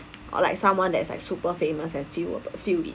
or like someone that is like super famous and fewer but few